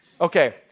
Okay